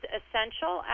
essential